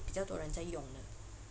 比较多人在用的